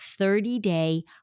30-day